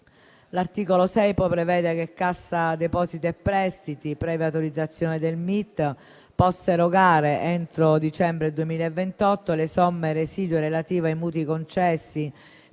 L'articolo 6 poi prevede che Cassa depositi e prestiti, previa autorizzazione del MIT, possa erogare entro dicembre 2028 le somme residue relative ai mutui concessi